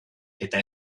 eta